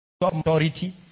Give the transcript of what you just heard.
authority